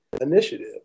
initiative